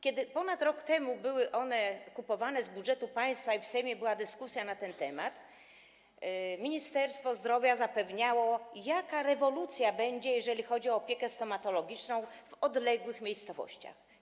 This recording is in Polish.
Kiedy ponad rok temu były one kupowane z budżetu państwa i w Sejmie była dyskusja na ten temat, Ministerstwo Zdrowia zapewniało, jaka rewolucja będzie, jeżeli chodzi o opiekę stomatologiczną w odległych miejscowościach.